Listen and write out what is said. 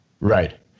Right